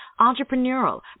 entrepreneurial